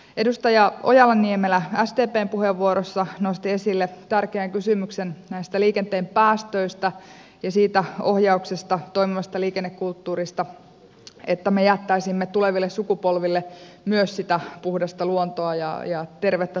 edustaja ojala niemelä sdpn puheenvuorossa nosti esille tärkeän kysymyksen näistä liikenteen päästöistä ja siitä ohjauksesta toimivasta liikennekulttuurista että me jättäisimme tuleville sukupolville myös sitä puhdasta luontoa ja tervettä tulevaisuutta